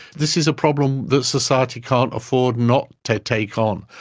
this is a problem that society can't afford not to take on.